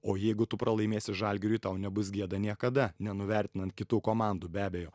o jeigu tu pralaimėsi žalgiriui tau nebus gėda niekada nenuvertinant kitų komandų be abejo